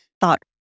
thought